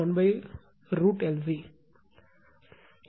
எனவே 2π f01√L C